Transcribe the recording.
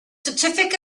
certificate